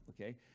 Okay